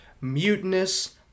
Mutinous